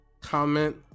comment